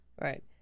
right